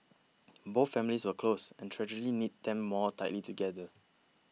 both families were close and tragedy knit them more tightly together